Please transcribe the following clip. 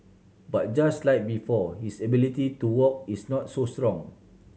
but just like before his ability to walk is not so strong